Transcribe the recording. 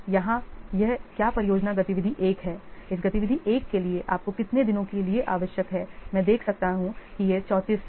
यहाँ यह क्या परियोजना गतिविधि 1 है इस गतिविधि 1 के लिए आपको कितने दिनों के लिए आवश्यक है मैं देख सकता हूं कि यह 34 है